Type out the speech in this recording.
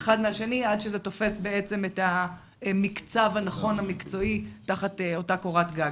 אחד מהשני עד שזה תופס את המקצב הנכון והמקצועי תחת אותה קורת גג.